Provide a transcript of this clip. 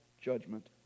judgment